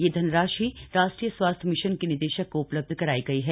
यह धनराशि राष्ट्रीय स्वास्थ्य मिशन के निदेशक को उपलब्ध करायी गई है